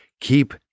keep